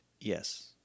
Yes